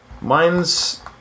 Mine's